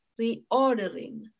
reordering